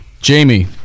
Jamie